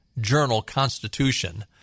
Journal-Constitution